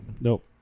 Nope